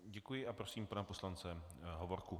Děkuji a prosím pana poslance Hovorku.